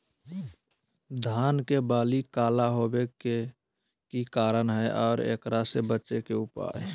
धान के बाली काला होवे के की कारण है और एकरा से बचे के उपाय?